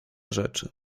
rzeczy